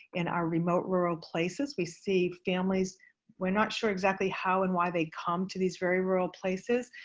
in our remote rural places, we see families we're not sure exactly how and why they come to these very rural places,